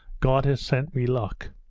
god has sent me luck.